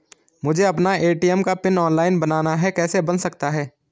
मुझे अपना ए.टी.एम का पिन ऑनलाइन बनाना है कैसे बन सकता है?